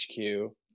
hq